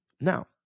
Now